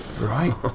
Right